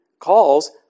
calls